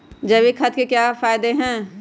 जैविक खाद के क्या क्या फायदे हैं?